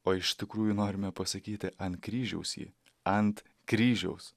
o iš tikrųjų norime pasakyti ant kryžiaus jį ant kryžiaus